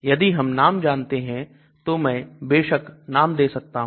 यदि हम नाम जानते हैं तो मैं बेशक नाम दे सकता हूं